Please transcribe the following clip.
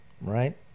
right